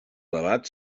debat